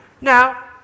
Now